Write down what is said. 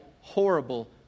horrible